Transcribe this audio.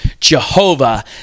Jehovah